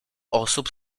osób